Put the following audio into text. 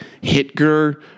Hitler